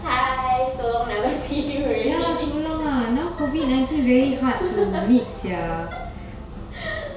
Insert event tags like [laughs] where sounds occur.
hi so long never see you already [laughs]